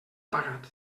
pagat